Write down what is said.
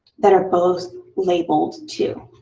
that are both labeled two.